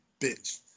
bitch